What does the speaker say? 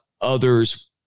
others